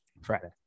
Friday